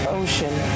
ocean